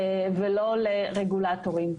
ולא לרגולטורים.